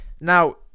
Now